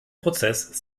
prozess